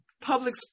public